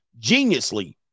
geniusly